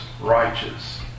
righteous